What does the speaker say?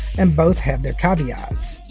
and both have their caveats.